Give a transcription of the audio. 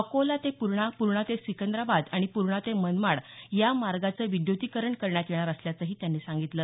अकोला ते पूर्णा पूर्णा ते सिकंदराबाद आणि पूर्णा ते मनमाड या मार्गाचं विद्युतीकरण करण्यात येणार असल्याचंही त्यांनी सांगितलं